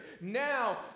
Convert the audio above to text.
Now